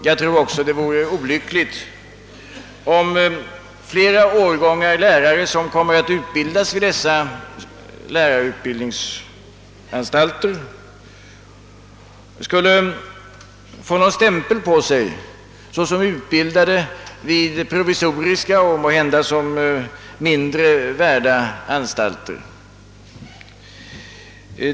Jag tror också att det vore olyckligt om de årgångar av lärare som kommer att utbildas vid dessa utbildningsanstalter skulle få någon stämpel på sig såsom utbildade vid provisoriska och måhända mindre värdefulla anstalter.